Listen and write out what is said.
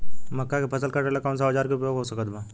मक्का के फसल कटेला कौन सा औजार के उपयोग हो सकत बा?